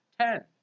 Ten